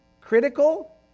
critical